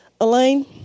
Elaine